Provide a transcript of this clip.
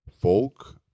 folk